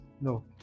no